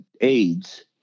AIDS